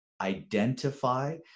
identify